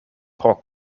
pro